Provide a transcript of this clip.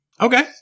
Okay